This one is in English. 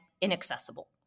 inaccessible